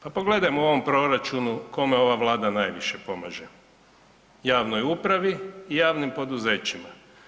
Pa pogledajmo u ovom proračunu kome ova vlada najviše pomaže, javnoj upravi i javnim poduzećima.